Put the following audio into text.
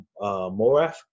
Moraf